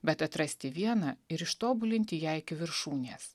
bet atrasti vieną ir ištobulinti ją iki viršūnės